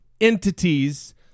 entities